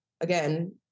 again-